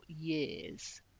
years